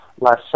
last